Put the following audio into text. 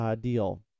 deal